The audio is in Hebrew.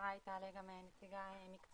אחרי תעלה גם נציגה מקצועית.